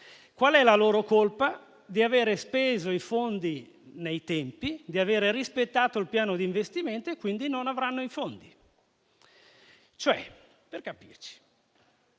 Qual è la loro colpa? Aver speso i fondi nei tempi e aver rispettato il piano d'investimento: per questo non avranno i fondi. Per capirci,